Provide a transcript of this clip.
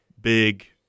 big